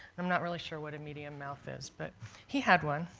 i'm not really sure what a medium mouth is, but he had one.